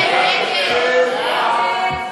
יעל גרמן,